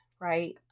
right